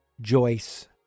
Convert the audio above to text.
Joyce